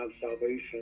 salvation